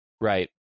Right